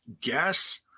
guess